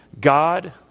God